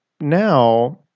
now